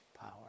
power